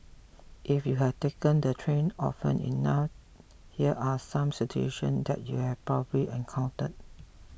if you have taken the train often enough here are some situation that you'd have probably encountered